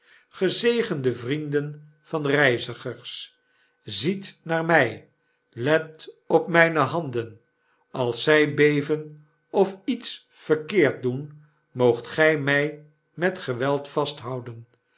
gezegende vrienden van reizigers ziet naar my let op mijne handen als zy beven of iets verkeerd doen moogt gy mij met geweld vasthouden